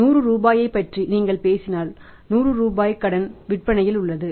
100 ரூபாயைப் பற்றி நீங்கள் பேசினால் 100 ரூபாய் கடன் விற்பனையில் உள்ளது